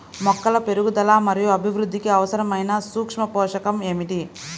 మొక్కల పెరుగుదల మరియు అభివృద్ధికి అవసరమైన సూక్ష్మ పోషకం ఏమిటి?